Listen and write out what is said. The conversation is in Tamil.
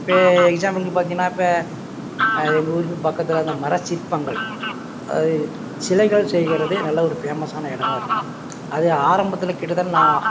இப்போ எக்ஸாம்பிள்க்கு பார்த்தினா இப்போ எங்கள் ஊருக்கு பக்கத்தில் அந்த மரச்சிற்பங்கள் அது சிலைகள் செய்கிறது நல்ல ஒரு ஃபேமஸான இடமா இருக்கும் அது ஆரம்பத்தில் கிட்டத்தட்ட நான்